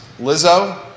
Lizzo